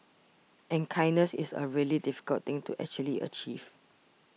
and kindness is a really difficult into actually achieve